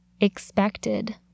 expected